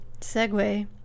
segue